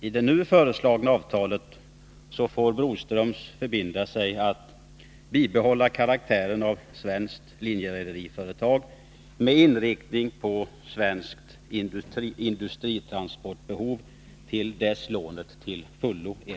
I det nu föreslagna avtalet får Broströms förbinda sig att bibehålla karaktären av svenskt linjerederiföretag med inriktning på svenskt industri transportbehov till dess lånet är till fullo betalt.